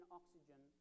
oxygen